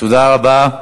תודה רבה.